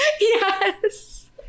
yes